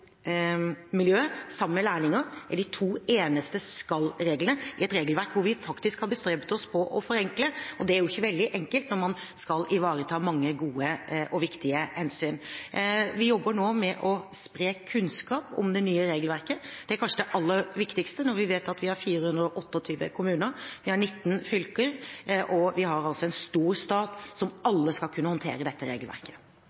lærlinger er de to eneste skal-reglene i et regelverk som vi faktisk har bestrebet oss på å forenkle. Det er ikke veldig enkelt når man skal ivareta mange gode og viktige hensyn. Vi jobber nå med å spre kunnskap om det nye regelverket. Det er kanskje det aller viktigste når vi vet at vi har 428 kommuner, 19 fylker og en stor stat som